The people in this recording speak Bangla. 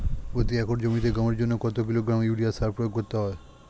প্রতি একর জমিতে গমের জন্য কত কিলোগ্রাম ইউরিয়া সার প্রয়োগ করতে হয়?